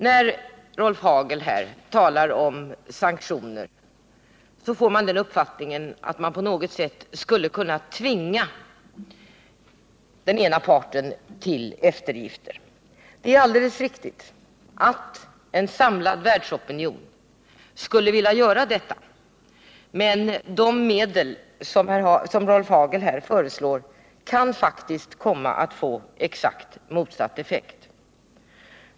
När man talar om sanktioner får man uppfattningen att det på något sätt skulle gå att tvinga den ena parten till eftergifter. Det är alldeles riktigt att en samlad världsopinion skulle vilja göra detta, men de medel som Rolf Hagel här föreslår kan faktiskt komma att få exakt motsatt effekt.